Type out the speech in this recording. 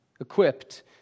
equipped